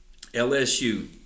LSU